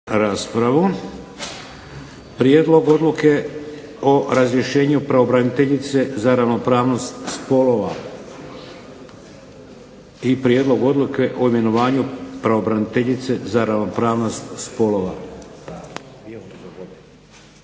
na a) Prijedlog Odluke o razrješenju pravobraniteljice za ravnopravnost spolova, i b) Prijedlog Odluke o imenovanju pravobraniteljice za ravnopravnost spolova.